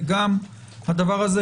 וגם הדבר הזה,